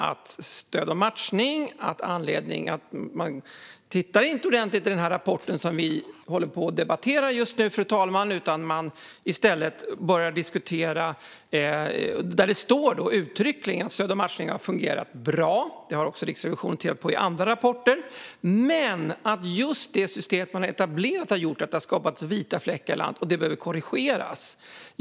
Fru talman! Man tittar inte ordentligt i den rapport som vi just nu debatterar och där det uttryckligen står att Stöd och matchning har fungerat bra - det har också Riksrevisionen tittat på i andra rapporter - men att just det system som har etablerats har skapat vita fläckar i landet och att det behöver korrigeras.